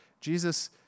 Jesus